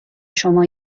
شما